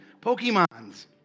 Pokemons